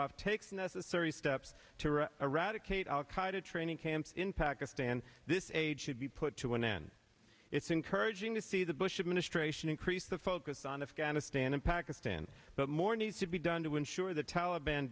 s takes necessary steps to eradicate al qaida training camps in pakistan this age should be put to an end it's encouraging to see the bush administration increase the focus on afghanistan and pakistan but more needs to be done to ensure the taliban